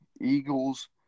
Eagles